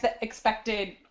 expected